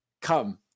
come